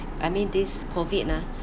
I mean this COVID ah